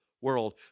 world